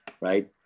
right